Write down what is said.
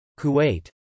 Kuwait